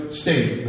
state